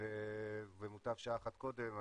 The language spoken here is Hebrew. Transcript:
ומוטב שעה אחת קודם.